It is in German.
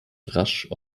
rasch